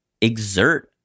exert